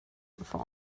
for